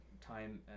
time